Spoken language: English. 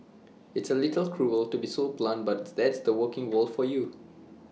it's A little cruel to be so blunt but that's the working world for you